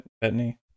Bethany